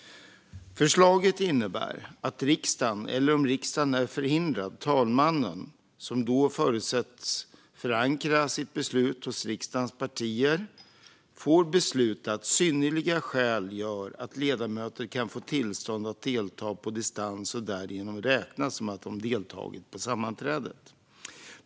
Förslaget innebär att riksdagen - eller, om riksdagen är förhindrad, talmannen, som då förutsätts förankra sitt beslut hos riksdagens partier - får besluta att synnerliga skäl gör att ledamöter kan få tillstånd att delta på distans och därigenom räknas som att de deltagit i sammanträdet.